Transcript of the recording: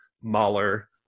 Mahler